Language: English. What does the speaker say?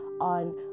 on